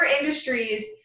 industries